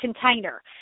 container